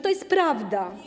To jest prawda.